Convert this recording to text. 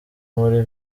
muri